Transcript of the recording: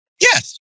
Yes